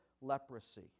leprosy